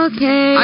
Okay